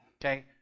Okay